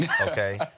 okay